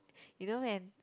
you know then